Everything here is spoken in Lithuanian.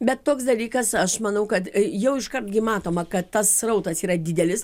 bet toks dalykas aš manau kad jau iškart gi matoma kad tas srautas yra didelis